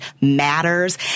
matters